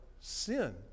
sin